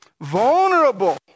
vulnerable